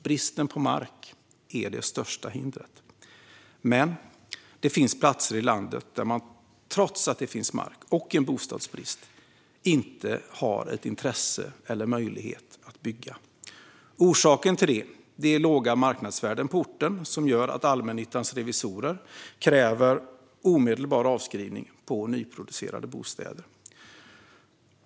Bristen på mark är det största hindret. Men det finns platser i landet där man trots att det finns mark och en bostadsbrist inte har ett intresse av eller en möjlighet att bygga. Orsaken till det är låga marknadsvärden på orten som gör att allmännyttans revisorer kräver omedelbar avskrivning i fråga om nyproducerade bostäder.